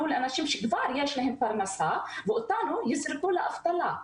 לאנשים שכבר יש להם פרנסה ואותנו יזרקו לאבטלה.